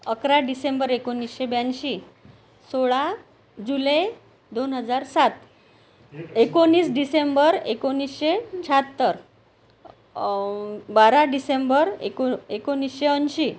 अकरा डिसेंबर एकोणीसशे ब्याऐंशी सोळा जुलै दोन हजार सात एकोणीस डिसेंबर एकोणीसशे शहात्तर बारा डिसेंबर एकोणीसशे ऐंशी